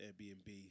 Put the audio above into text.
airbnb